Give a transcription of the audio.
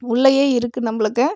உள்ளேயே இருக்கு நம்மளுக்கு